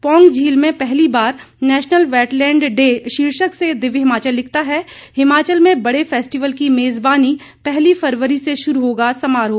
पौंग झील में पहली बार नैशनल वेटलैंड डे शीर्षक से दिव्य हिमाचल लिखता है हिमाचल में बड़े फेस्टिवल की मेजबानी पहली फरवरी से शुरू होगा समारोह